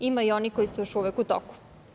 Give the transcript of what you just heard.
Ima i onih koji su još uvek u toku.